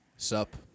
Sup